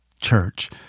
church